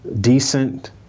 decent